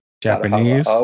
Japanese